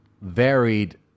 varied